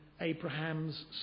Abraham's